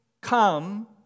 come